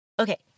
Okay